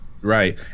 Right